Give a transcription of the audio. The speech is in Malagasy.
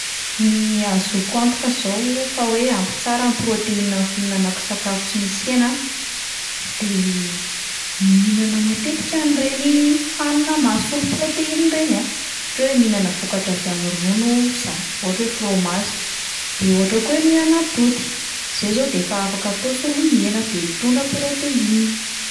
Ny ahazoako antoka zao fa hoe ampy tsara ny proteinina amin'ny fihinanako sakafo tsy misy hena de mihinana matetika an'ireny hanina mahasolo proteinina ireny aho, ohatra hoe mihinana vokatra avy amin'ny ronono izaho, ohatra hoe frômazy, de ohatra koa hoe mihinana atody, zay izao de efa afaka atao solon'ny hena, de mitondra proteinina.